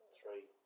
three